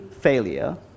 failure